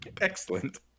Excellent